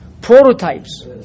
prototypes